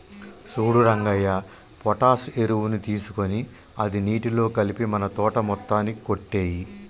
సూడు రంగయ్య పొటాష్ ఎరువుని తీసుకొని అది నీటిలో కలిపి మన తోట మొత్తానికి కొట్టేయి